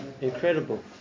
incredible